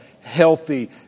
healthy